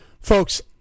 folks